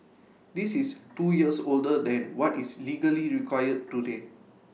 this is two years older than what is legally required today